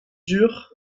dur